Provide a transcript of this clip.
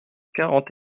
quarante